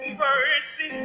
mercy